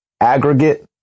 Aggregate